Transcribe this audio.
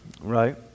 right